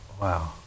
Wow